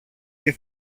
και